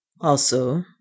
Also